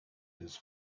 his